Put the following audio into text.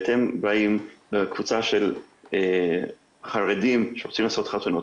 אתם באים, קבוצה של חרדים שרוצים לעשות חתונות,